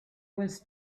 was